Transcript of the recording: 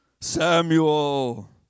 Samuel